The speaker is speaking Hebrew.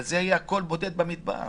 אבל זה היה קול בודד במדבר,